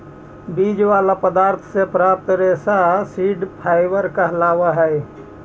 बीज वाला पदार्थ से प्राप्त रेशा सीड फाइबर कहलावऽ हई